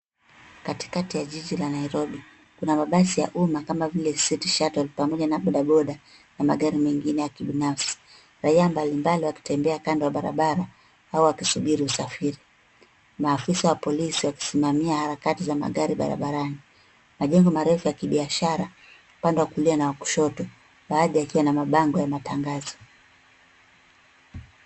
Katikati ya jiji la Nairobi kuna mabasi ya umma kama vile City Shuttle pamoja na boda boda na magari mengine ya kibinafsi. Raia mbalimbali wakitembea kando ya barabara au wakisubiri usafiri. Maafisa wa polisi wakisimamia harakati za magari barabarani. Majengo marefu ya kibiashara upande wa kulia na wa kushoto. Baadhi yakiwa na mabango ya matangazo.